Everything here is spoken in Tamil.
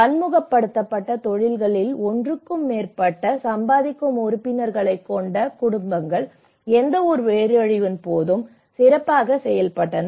பன்முகப்படுத்தப்பட்ட தொழில்களில் ஒன்றுக்கு மேற்பட்ட சம்பாதிக்கும் உறுப்பினர்களைக் கொண்ட குடும்பங்கள் எந்தவொரு பேரழிவின் போதும் சிறப்பாகச் செயல்பட்டன